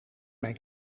mijn